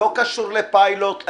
זה יתקע את הפיילוט.